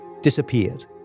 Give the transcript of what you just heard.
disappeared